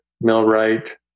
millwright